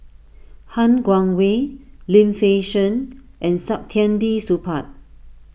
Han Guangwei Lim Fei Shen and Saktiandi Supaat